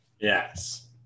Yes